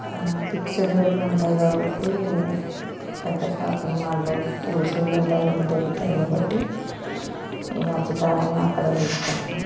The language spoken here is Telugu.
ఫిక్స్డ్ రేట్లు ఉంటాయి కాబట్టి పెద్ద షాపింగ్ మాల్లో హోల్ సేల్ ధరలకి దొరుకుతాయి కాబట్టి ఈ మధ్య కాలంలో అక్కడే తీసుకుంటున్నాము